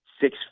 six